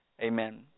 Amen